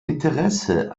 interesse